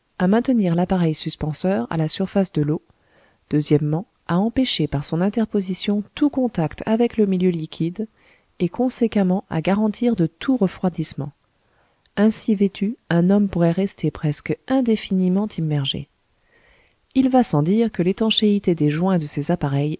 à maintenir l'appareil suspenseur